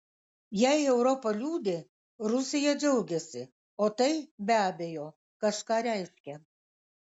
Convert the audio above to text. jei europa liūdi rusija džiaugiasi o tai be abejo kažką reiškia